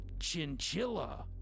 chinchilla